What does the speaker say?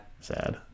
Sad